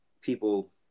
people